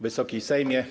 Wysoki Sejmie!